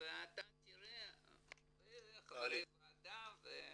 ואתה וחברי הוועדה תראו,